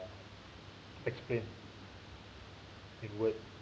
explain in words